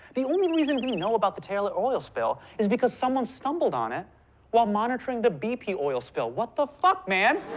the only reason we know about the taylor oil spill is because someone stumbled on it while monitoring the bp oil spill. what the fuck, man?